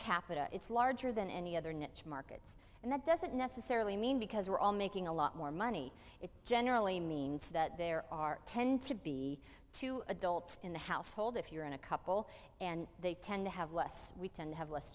capita it's larger than any other niche markets and that doesn't necessarily mean because we're all making a lot more money it generally means that there are tend to be two adults in the household if you're in a couple and they tend to have less we tend to have less